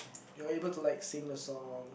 you are able to like sing the song